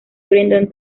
brendan